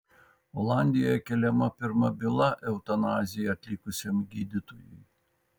olandijoje keliama pirma byla eutanaziją atlikusiam gydytojui